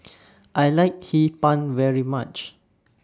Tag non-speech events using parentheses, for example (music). (noise) I like Hee Pan very much